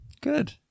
Good